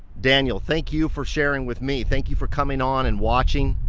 daniel, thank you for sharing with me. thank you for coming on and watching.